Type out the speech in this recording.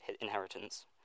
inheritance